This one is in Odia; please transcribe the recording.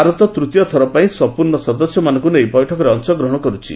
ଭାରତ ତୃତୀୟଥର ପାଇଁ ସମ୍ପର୍ଣ୍ଣ ସଦସ୍ୟମାନଙ୍କୁ ନେଇ ବୈଠକରେ ଅଂଶଗ୍ରହଣ କରୁଛି